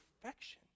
perfection